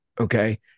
Okay